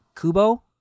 kubo